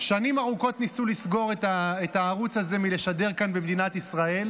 שנים ארוכות ניסו לסגור את הערוץ הזה מלשדר כאן במדינת ישראל,